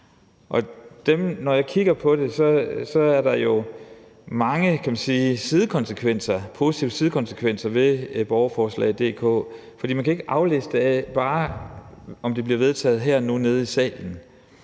Når jeg kigger på det, er der jo mange positive sidekonsekvenser af borgerforslag.dk, for man kan ikke bare aflæse det af, om de bliver vedtaget hernede i salen.